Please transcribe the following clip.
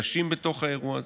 נשים בתוך האירוע הזה.